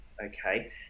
okay